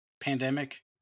pandemic